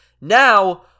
now